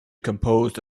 composed